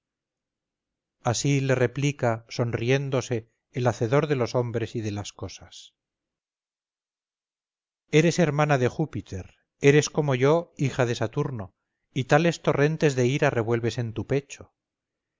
así le replica sonriéndose el hacedor de los hombres y de las cosas eres hermana de júpiter eres como yo hija de saturno y tales torrentes de ira revuelves en tu pecho